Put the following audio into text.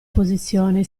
posizione